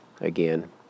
again